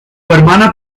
hermana